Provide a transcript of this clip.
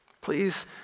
Please